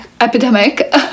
epidemic